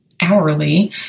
hourly